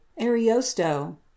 Ariosto